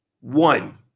One